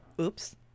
Oops